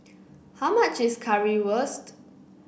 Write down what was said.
how much is Currywurst